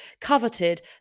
coveted